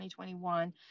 2021